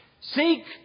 Seek